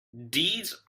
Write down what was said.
deeds